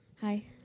Hi